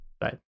Bye